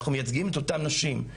אנחנו מייצגים את אותן נשים.